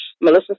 Melissa